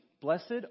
Blessed